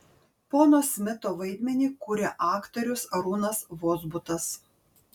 pono smito vaidmenį kuria aktorius arūnas vozbutas